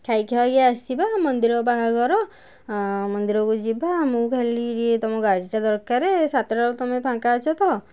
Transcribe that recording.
ଖାଇ ଖାଇକି ଆସିବା ମନ୍ଦିର ବାହାଘର ମନ୍ଦିରକୁ ଯିବା ଆମକୁ ଖାଲି ତୁମ ଗାଡ଼ିଟା ଦରକାର ସାତଟା ବେଳକୁ ତୁମେ ଫାଙ୍କା ଅଛ ତ